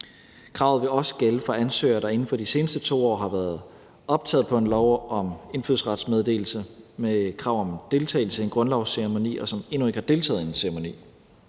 Kravet vil også gælde for ansøgere, der inden for de seneste 2 år har været optaget på en lov om indfødsrets meddelelse med krav om deltagelse i en grundlovsceremoni, og som endnu ikke har deltaget i en ceremoni.